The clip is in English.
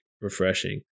refreshing